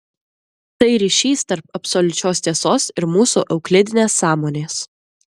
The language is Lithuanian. tai ryšys tarp absoliučios tiesos ir mūsų euklidinės sąmonės